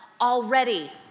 already